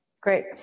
Great